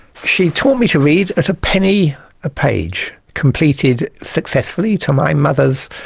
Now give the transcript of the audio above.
she taught me to read at a penny a page, completed successfully to my mother's